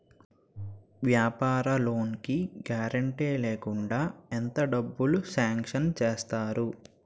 వ్యాపార లోన్ కి గారంటే లేకుండా ఎంత డబ్బులు సాంక్షన్ చేస్తారు?